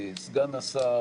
סגן השר